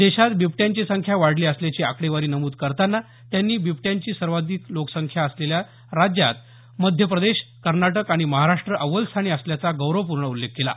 देशात बिबट्यांची संख्या वाढली असल्याची आकडेवारी नमूद करताना त्यांनी बिबट्यांची सर्वाधिक संख्या असलेल्या राज्यात मध्य प्रदेश कर्नाटक आणि महाराष्ट्र अव्वल स्थानी असल्याचा गौरवपूर्ण उल्लेख केला